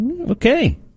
okay